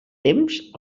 temps